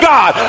God